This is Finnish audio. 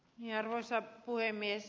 arvoisa puhemies